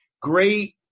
Great